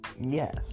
Yes